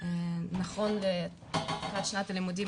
נכון פתיחת שנת הלימודים,